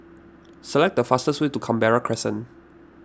select the fastest way to Canberra Crescent